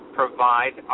provide